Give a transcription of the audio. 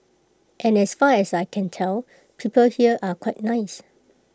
and as far as I can tell people here are quite nice